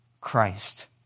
Christ